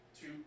two